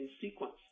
sequence